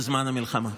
בזמן המלחמה.